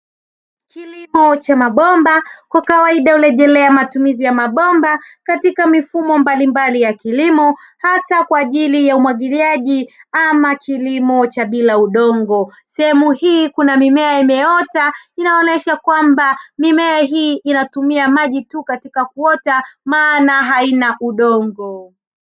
Kilimo cha mabomba kwa kawaida hurejelea matumizi ya mabomba katika mifumo mbalimbali ya kilimo hasa kwa ajili ya umwagiliaji ama kilimo cha bila udongo. Sehemu hii kuna mimea imeota inaonyesha kwamba mimea hii inatumia maji tu katika kuota maana haina udongo.